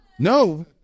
No